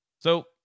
So-